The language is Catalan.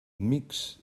mixt